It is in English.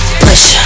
push